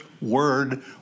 word